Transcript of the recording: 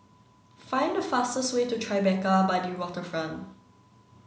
find the fastest way to Tribeca by the Waterfront